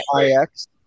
IX